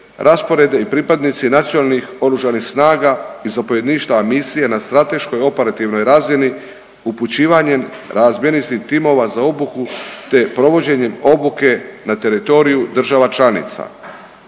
rasporede i pripadnici nacionalnih oružanih snaga i zapovjedništva misije na strateškoj operativnoj razini upućivanjem …/Govornik se ne razumije./… timova za obuku te provođenje obuke na teritoriju država članica.